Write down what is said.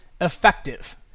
effective